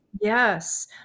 Yes